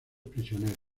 prisioneros